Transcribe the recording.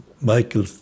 Michael